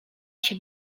się